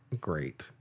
Great